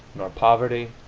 nor poverty,